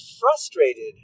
frustrated